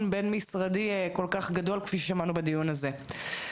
בין משרדי כל כך גדול כפי ששמענו בדיון הזה.